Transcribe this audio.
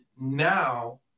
now